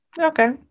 Okay